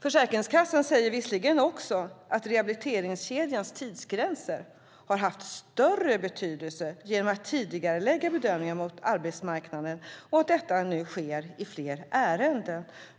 Försäkringskassan skriver visserligen också att rehabiliteringskedjans tidsgränser har haft större betydelse genom att tidigarelägga bedömningar mot arbetsmarknaden och att detta nu sker i fler ärenden.